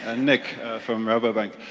ah nick from rabobank.